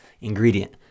ingredient